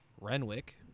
Renwick